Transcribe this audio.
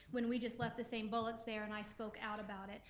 when we just left the same bullets there and i spoke out about it.